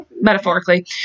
Metaphorically